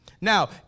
Now